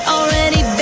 Already